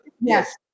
yes